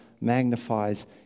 magnifies